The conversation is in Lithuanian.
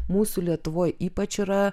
mūsų lietuvoje ypač yra